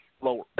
lower